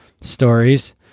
stories